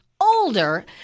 older